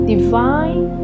Divine